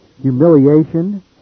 humiliation